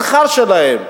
השכר שלהם,